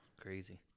crazy